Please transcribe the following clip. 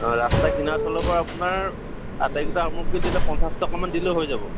ৰাস্তাৰ কিনাৰত হ'লে বা আপোনাৰ আটাইকেইটা সামগ্ৰী দিলে পঞ্চাছ টকামান দিলেই হৈ যাব